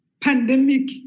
pandemic